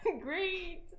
Great